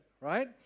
right